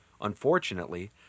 Unfortunately